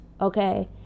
Okay